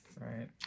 Right